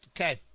Okay